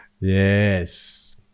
Yes